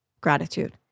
gratitude